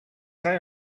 say